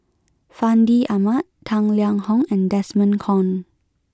Fandi Ahmad Tang Liang Hong and Desmond Kon